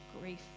grief